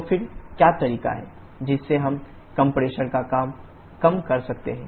तो फिर क्या तरीका है जिससे हम कम्प्रेशन का काम कम कर सकते हैं